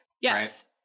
yes